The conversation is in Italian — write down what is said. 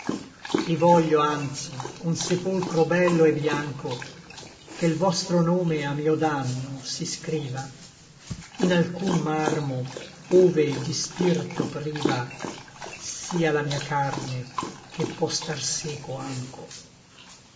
et voglio anzi un sepolcro bello et biancho che l vostro nome a mio danno si scriva in alcun marmo ove di spirto priva sia la mia carne che pò star seco ancho